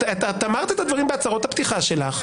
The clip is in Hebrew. את אמרת את הדברים בהצהרות הפתיחה שלך.